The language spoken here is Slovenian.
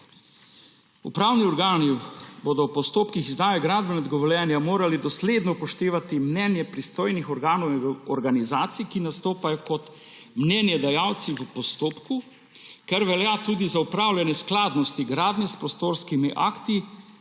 Upravni organi bodo v postopkih izdaje gradbenega dovoljenja morali dosledno upoštevati mnenje pristojnih organov in organizacij, ki nastopajo kot mnenjedajalci v postopku, kar velja tudi za opravljanje skladnosti gradnje s prostorskimi akti,